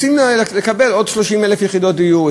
רוצים לקבל עוד 30,000 יחידות דיור,